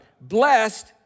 Blessed